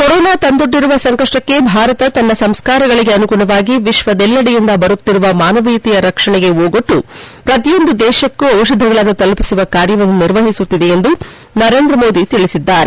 corona ತಂದೊಡ್ಡಿರುವ ಸಂಕಷ್ಟಕ್ಕೆ ಭಾರತ ತನ್ನ ಸಂಸ್ಕಾರಗಳಿಗೆ ಅನುಗುಣವಾಗಿ ವಿಶ್ವದೆಲ್ಲೆಡೆಯಿಂದ ಬರುತ್ತಿರುವ ಮಾನವೀಯತೆಯ ರಕ್ಷಣೆಗೆ ಓಗೊಟ್ಟು ಪ್ರತಿಯೊಂದು ದೇಶಕ್ಕೂ ಔಷಧಗಳನ್ನು ತಲುಪಿಸುವ ಕಾರ್ಯವನ್ನು ನಿರ್ವಹಿಸುತ್ತಿದೆ ಎಂದು ನರೇಂದ ಮೋದಿ ತಿಳಿಸಿದ್ದಾರೆ